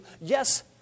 Yes